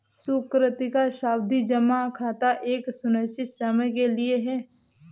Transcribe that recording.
सुकृति का सावधि जमा खाता एक निश्चित समय के लिए है